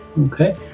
Okay